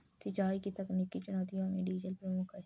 सिंचाई की तकनीकी चुनौतियों में डीजल प्रमुख है